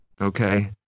Okay